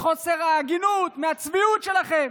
מחוסר ההגינות, מהצביעות שלכם.